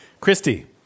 Christy